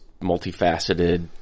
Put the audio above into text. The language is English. multifaceted